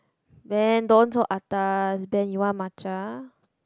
Ben don't so atas Ben you want matcha